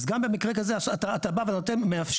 אז גם במקרה כזה אתה בא ומאפשר,